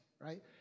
right